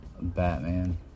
Batman